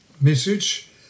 message